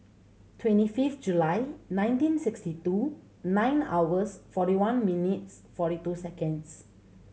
twenty fifth July nineteen sixty two nine hours forty one minutes forty two seconds